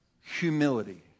Humility